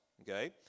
okay